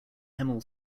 hemel